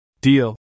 Deal